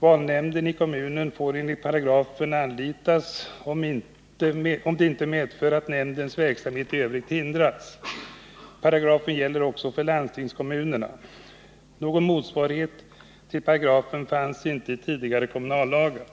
Valnämnden i kommunen får enligt paragrafen anlitas, om det inte medför att nämndens verksamhet i övrigt hindras. Paragrafen gäller också för landstingskommunerna. Någon motsvarighet till paragrafen fanns inte i de tidigare kommunallagarna.